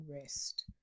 rest